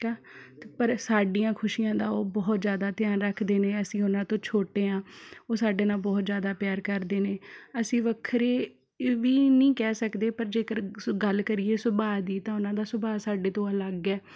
ਠੀਕ ਹੈ ਪਰ ਸਾਡੀਆਂ ਖੁਸ਼ੀਆਂ ਦਾ ਉਹ ਬਹੁਤ ਜ਼ਿਆਦਾ ਧਿਆਨ ਰੱਖਦੇ ਨੇ ਅਸੀਂ ਉਹਨਾਂ ਤੋਂ ਛੋਟੇ ਹਾਂ ਉਹ ਸਾਡੇ ਨਾਲ ਬਹੁਤ ਜ਼ਿਆਦਾ ਪਿਆਰ ਕਰਦੇ ਨੇ ਅਸੀਂ ਵੱਖਰੇ ਵੀ ਨਹੀਂ ਕਹਿ ਸਕਦੇ ਪਰ ਜੇਕਰ ਗੱਲ ਕਰੀਏ ਸੁਭਾਅ ਦੀ ਤਾਂ ਉਹਨਾਂ ਦਾ ਸੁਭਾਅ ਸਾਡੇ ਤੋਂ ਅਲੱਗ ਹੈ